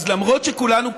אז למרות שכולנו פוליטיקאים,